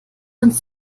uns